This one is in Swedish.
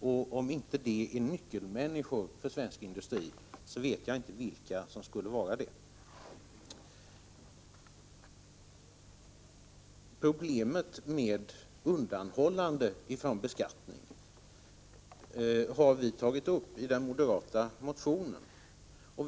Om inte dessa människor är nyckelpersoner för svensk industri vet jag inte vilka som skulle vara det. Problemet med undanhållande av inkomster från beskattning har vi tagit upp i den moderata motionen i denna fråga.